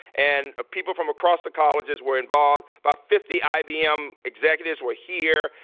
and ah people from across the colleges were involved. about fifty ibm executives were here.